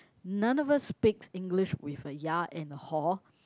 none of us speaks English with a ya and hor